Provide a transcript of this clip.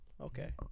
Okay